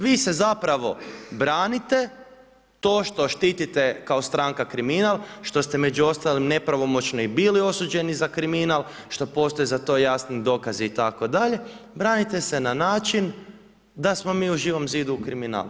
Vi se zapravo branite, to što štitite kao stranka kriminal, što ste među ostalim nepravomoćno i bili osuđeni za kriminal, što postoje za to jasni dokazi itd. branate se na način da smo mi u Živom zidu kriminal.